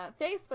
Facebook